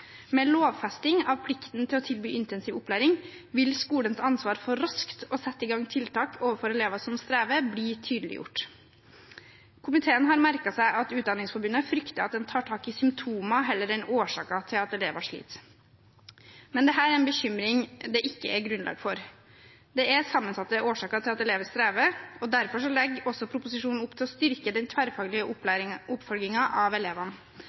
Med lovfesting av plikten til å tilby intensiv opplæring vil skolens ansvar for raskt å sette i gang tiltak overfor elever som strever, bli tydeliggjort. Komiteen har merket seg at Utdanningsforbundet frykter at en tar tak i symptomer heller enn årsaker til at elever sliter, men dette er en bekymring det ikke er grunnlag for. Det er sammensatte årsaker til at elever strever, og derfor legger også proposisjonen opp til å styrke den tverrfaglige oppfølgingen av elevene.